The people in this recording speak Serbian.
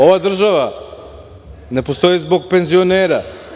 Ova država ne postoji zbog penzionera.